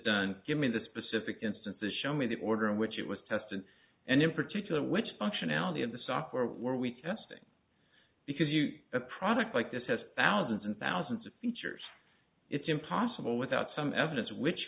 to give me the specific instances show me the order in which it was tested and in particular which functionality in the software where we testing because you a product like this has thousands and thousands of features it's impossible without some evidence which